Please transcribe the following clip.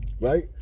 right